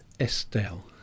Estelle